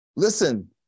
Listen